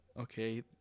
Okay